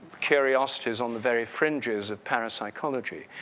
curiosities on the very fringes of parapsychology.